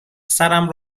سرم